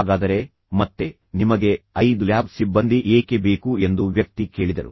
ಹಾಗಾದರೆ ಮತ್ತೆ ನಿಮಗೆ 5 ಲ್ಯಾಬ್ ಸಿಬ್ಬಂದಿ ಏಕೆ ಬೇಕು ಎಂದು ವ್ಯಕ್ತಿ ಕೇಳಿದರು